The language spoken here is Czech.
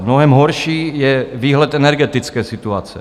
Mnohem horší je výhled energetické situace.